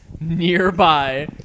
nearby